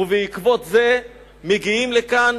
ובעקבות זה מגיעים לכאן